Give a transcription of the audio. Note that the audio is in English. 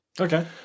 Okay